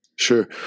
Sure